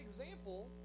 example